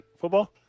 football